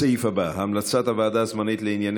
הסעיף הבא: המלצת הוועדה הזמנית לענייני